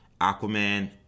Aquaman